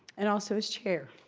and also as chair.